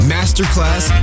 Masterclass